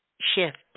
Shift